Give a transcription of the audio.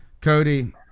Cody